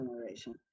generation